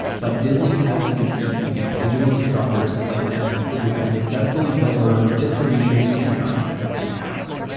but disney has to compete against digital disruptors like netflix who have successfully built their own distribution and content in-house.